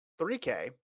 3K –